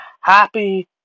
happy